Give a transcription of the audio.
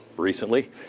recently